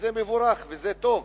וזה מבורך וזה טוב.